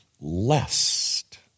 lest